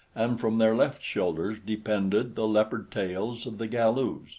and from their left shoulders depended the leopard-tails of the galus.